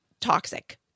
toxic